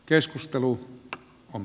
keskustelu on